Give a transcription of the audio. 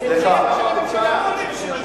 שר הפנים, כבוד השר לשעבר,